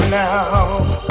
now